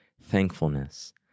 Thankfulness